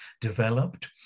developed